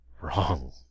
wrong